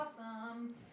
Awesome